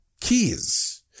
keys